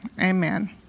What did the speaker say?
amen